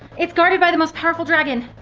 it's guarded by the most powerful dragon.